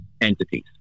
entities